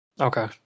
Okay